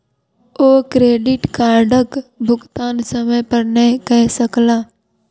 ओ credit कार्डक भुगतान समय पर नै कय सकला